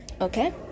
Okay